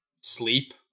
sleep